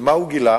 ומה הוא גילה,